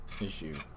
issue